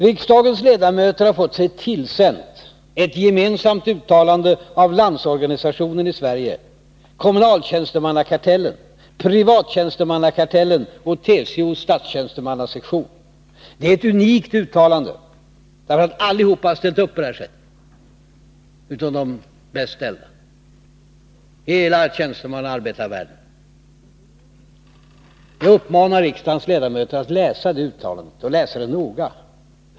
Riksdagens ledamöter har fått sig tillsänt ett gemensamt uttalande av Landsorganisationen i Sverige, Kommunaltjänstemannakartellen, Privattjänstemannakartellen och TCO:s statstjänstemannasektion. Det är ett unikt uttalande, därför att hela tjänstemannaoch arbetarvärlden har ställt upp, utom de bäst ställda. Jag uppmanar riksdagens ledamöter att läsa det noga.